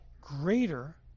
greater